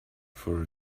for